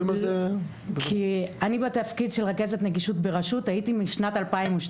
כי אני בתפקיד של רכזת נגישות ברשות הייתי משנת 2012,